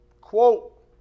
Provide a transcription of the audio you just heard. quote